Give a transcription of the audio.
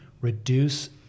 reduce